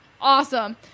awesome